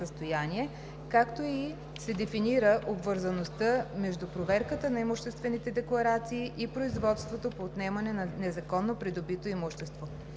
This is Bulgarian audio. както и се дефинира обвързаността между проверката на имуществените декларации и производството по отнемане на незаконно придобитото имущество.